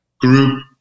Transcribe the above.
group